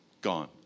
Gone